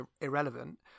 irrelevant